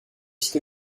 site